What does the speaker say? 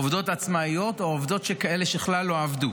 עובדות עצמאיות או עובדות, כאלה שכלל לא עבדו